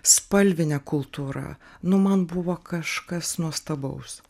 spalvine kultūra nu man buvo kažkas nuostabaus